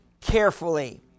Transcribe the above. carefully